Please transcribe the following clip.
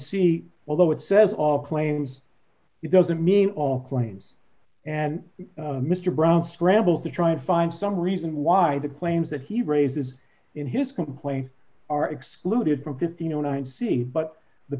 c although it says all claims it doesn't mean all claims and mr brown scrambled to try and find some reason why the claims that he raises in his complaint are excluded from fifteen and see but the